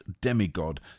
demigod